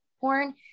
porn